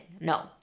No